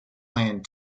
land